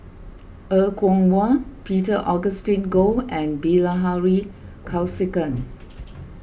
Er Kwong Wah Peter Augustine Goh and Bilahari Kausikan